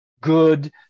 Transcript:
good